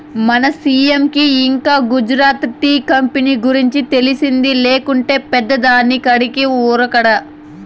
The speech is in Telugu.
మన సీ.ఎం కి ఇంకా గుజరాత్ టీ కంపెనీ గురించి తెలిసింది లేకుంటే పెదాని కాడికి ఉరకడా